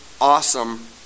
awesome